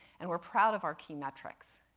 and we're proud of our key metrics.